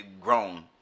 grown